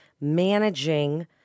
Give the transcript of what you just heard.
managing